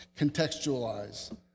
contextualize